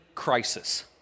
crisis